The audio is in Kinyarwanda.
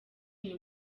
niwe